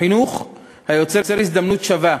חינוך היוצר הזדמנות שווה